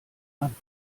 mann